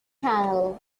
canal